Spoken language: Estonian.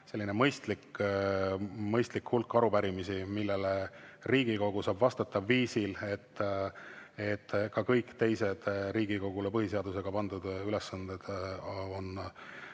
selline mõistlik hulk arupärimisi, millele Riigikogus saab vastata viisil, et ka kõik teised Riigikogule põhiseadusega pandud ülesanded